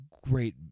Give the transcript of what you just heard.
great